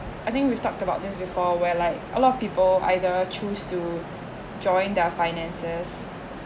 I think we've talked about this before where like a lot of people either choose to join their finances